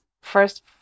first